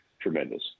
tremendous